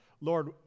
Lord